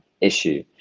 issue